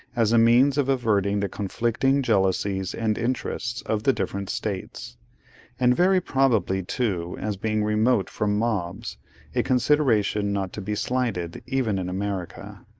as a means of averting the conflicting jealousies and interests of the different states and very probably, too, as being remote from mobs a consideration not to be slighted, even in america.